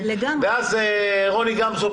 רוני גמזו,